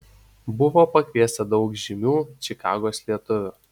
buvo pakviesta daug žymių čikagos lietuvių